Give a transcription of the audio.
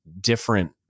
different